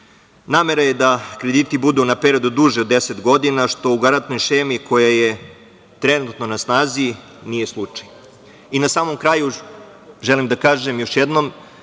Namera je da krediti budu na period duže od 10 godina, što u garantnoj šemi koja je trenutno na snazi nije slučaj.I na samom kraju, želim da kažem još jednom